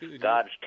God's